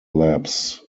labs